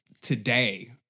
today